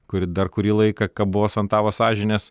kuri dar kurį laiką kabos ant tavo sąžinės